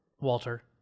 walter